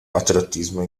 patriottismo